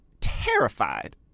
terrified